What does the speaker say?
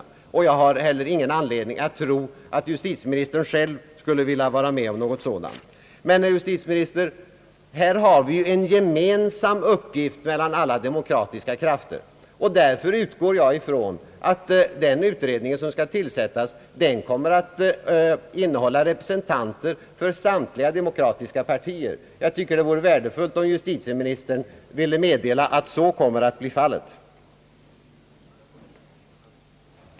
Jag har heller ingen anledning att tro att justitieministern själv skulle vilja vara med om någonting sådant. Herr justitieminister, här har vi en gemensam uppgift för alla demokratiska krafter, och därför utgår jag från att den utredning som skall tillsättas kommer att innehålla representanter för samt liga demokratiska partier. Det vore värdefullt om justitieministern ville meddela att så kommer att bli fallet.